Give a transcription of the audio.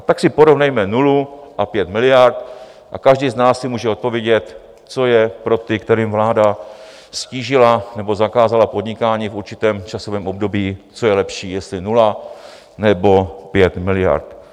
Tak si porovnejme nulu a 5 miliard a každý z nás si může odpovědět, co je pro ty, kterým vláda ztížila nebo zakázala podnikání v určitém časovém období, co je lepší, jestli nula, nebo 5 miliard.